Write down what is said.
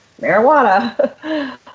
marijuana